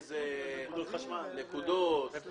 נקודות.